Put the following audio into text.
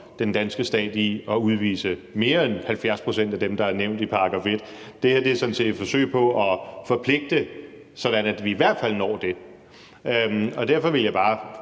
den danske stat i at udvise mere end 70 pct. af dem, der er nævnt i § 1. Det her er sådan set et forsøg på at forpligte, sådan at vi i hvert fald når det. Og derfor vil jeg bare